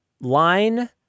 Line